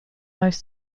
most